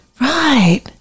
right